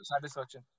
satisfaction